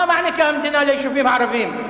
מה מעניקה המדינה ליישובים הערביים?